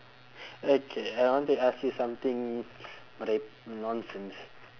okay I want to ask you something but like nonsense